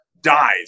dies